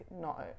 no